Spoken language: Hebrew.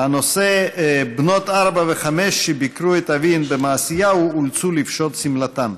הנושא: בנות ארבע וחמש שביקרו את אביהן במעשיהו אולצו לפשוט את שמלתן.